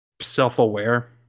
self-aware